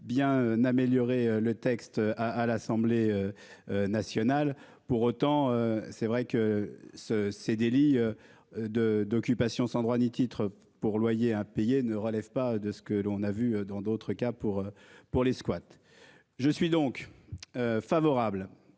bien un améliorer le texte à, à l'Assemblée. Nationale. Pour autant, c'est vrai que ce ces délits. De d'occupation sans droit ni titre pour loyers impayés ne relève pas de ce que l'on a vu dans d'autres cas pour pour les squats. Je suis donc. Favorable.